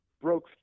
broke